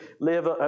live